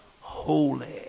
holy